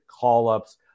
call-ups